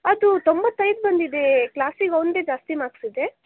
ಅದು ತೊಂಬತ್ತೈದು ಬಂದಿದೇ ಕ್ಲಾಸಿಗೆ ಅವ್ನದ್ದೇ ಜಾಸ್ತಿ ಮಾರ್ಕ್ಸ್ ಇದೆ